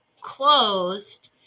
closed